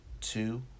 two